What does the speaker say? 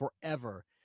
forever